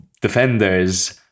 defenders